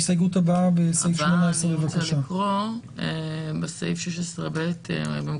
18. בסעיף 16ב(3) המוצע,